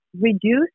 reduce